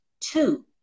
two